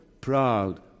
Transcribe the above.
proud